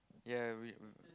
ya we